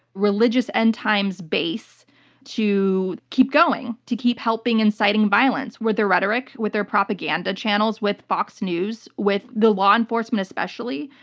religious end times base to keep going, to keep helping inciting violence with their rhetoric, with their propaganda channels, with fox news, with the law enforcement, especially.